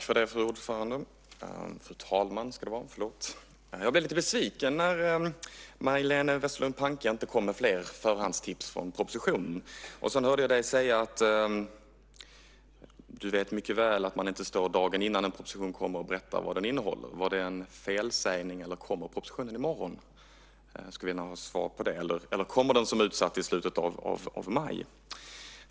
Fru talman! Jag blev lite besviken när Majléne Westerlund Panke inte kom med fler förhandstips från propositionen. Sedan hörde jag henne säga att man inte står dagen innan en proposition kommer och berättar vad den innehåller. Var det en felsägning, eller kommer propositionen i morgon? Jag skulle gärna vilja ha svar på det. Eller kommer den som utsatt i slutet av maj?